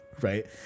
right